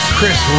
Chris